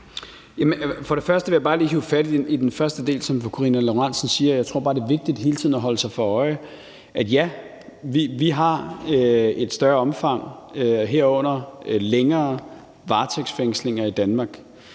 Først vil jeg bare lige hive fat i den første del, som fru Karina Lorentzen Dehnhardt nævner. Jeg tror, det er vigtigt hele tiden at holde sig for øje, at ja, vi har et større omfang, herunder længere varetægtsfængslinger i Danmark.